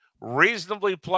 reasonably